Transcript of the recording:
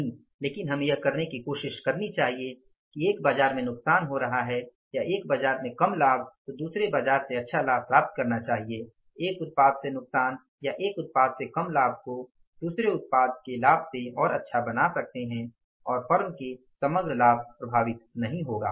नहीं लेकिन हमें यह करने की कोशिश करनी चाहिए कि एक बाजार में नुकसान हो रहा है या एक बाजार में कम लाभ तो दूसरे बाजार से अच्छा लाभ प्राप्त करना चाहिए एक उत्पाद से नुकसान या एक उत्पाद से कम लाभ को दुसरे उत्पाद के लाभ से और अच्छा बना सकते है और फर्म के समग्र लाभ प्रभावित नहीं होगा